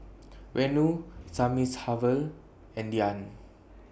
Renu Thamizhavel and Dhyan